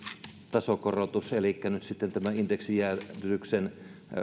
tasokorotus elikkä tavallaan indeksijäädytyksen